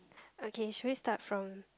okay should we start from